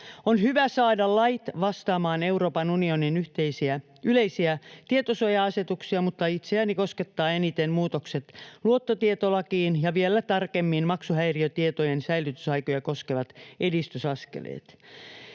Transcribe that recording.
On hyvä saada lait vastaamaan Euroopan unionin yhteistä yleistä tietosuoja-asetusta, mutta itseäni koskettavat eniten muutokset luottotietolakiin ja vielä tarkemmin maksuhäiriötietojen säilytysaikoja koskevat edistysaskeleet.